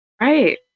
Right